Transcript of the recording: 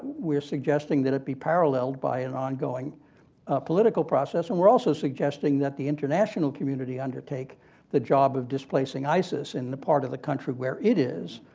were suggesting that it be paralleled by an ongoing political process. and were also suggesting that the international community undertake the job of displacing isis in the part of the country where it is,